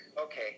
Okay